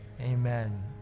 amen